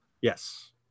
Yes